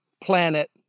planet